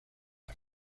las